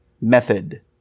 method